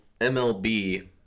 MLB